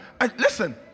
Listen